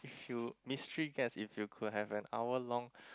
if you mystery guess if you could have an hour long